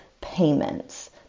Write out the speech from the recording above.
payments